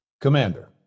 Commander